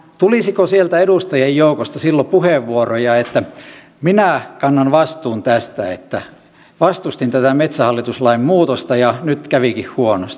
tulisiko sieltä edustajien joukosta silloin puheenvuoroja että minä kannan vastuun tästä että vastustin tätä metsähallitus lain muutosta ja nyt kävikin huonosti